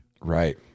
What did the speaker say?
Right